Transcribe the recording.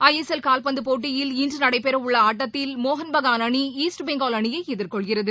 ஐ S L கால்பந்தபோட்டியில் இன்றுநடைபெறவுள்ளஆட்டத்தில் மோகன் பெஹாள் அணி ஈஸ்ட் பெங்கால் அணியைஎதிர்கொள்கிறது